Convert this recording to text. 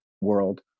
world